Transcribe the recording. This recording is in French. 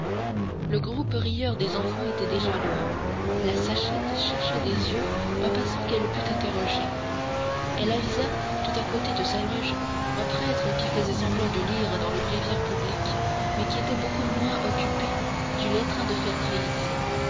le groupe rieur des enfants était déjà loin la sachette chercha des yeux un passant qu'elle pût interroger elle avisa tout à côté de sa loge un prêtre qui faisait semblant de lire dans le bréviaire public mais qui était beaucoup moins occupé du lettrain de fer